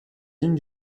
lignes